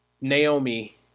Naomi